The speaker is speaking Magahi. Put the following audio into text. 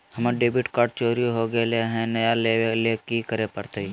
हमर डेबिट कार्ड चोरी हो गेले हई, नया लेवे ल की करे पड़तई?